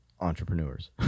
entrepreneurs